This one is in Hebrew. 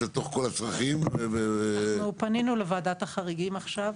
אנחנו פנינו לוועדת החריגים עכשיו,